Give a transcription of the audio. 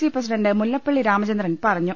C president Mullappally Ramachandran പറഞ്ഞു